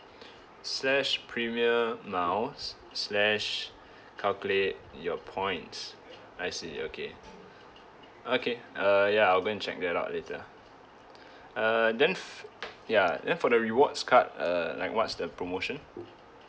slash premium miles slash calculate your points I see okay okay uh ya I will go and check that out later uh then ya then for the rewards card uh like what's the promotion